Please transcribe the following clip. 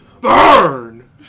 Burn